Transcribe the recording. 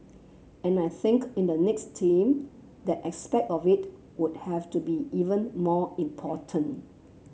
and I think in the next team that aspect of it would have to be even more important